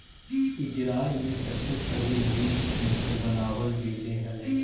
Israel में सबसे पहिले लीफ सेंसर बनाबल गेले हलई